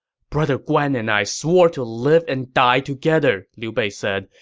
brother guan and i swore to live and die together, liu bei said.